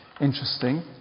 interesting